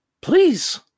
please